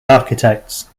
architects